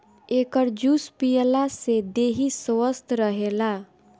एकर जूस पियला से देहि स्वस्थ्य रहेला